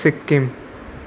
Sikkim